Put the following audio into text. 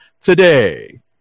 today